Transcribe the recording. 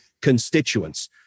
constituents